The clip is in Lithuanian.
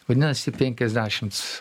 vadinasi penkiasdešimts